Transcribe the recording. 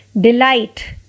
delight